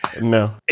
no